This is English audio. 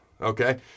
okay